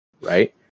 right